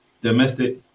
domestic